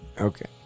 Okay